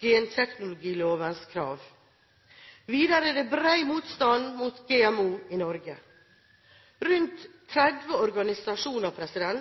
genteknologilovens krav. Videre er det bred motstand mot GMO i Norge. Rundt 30 organisasjoner,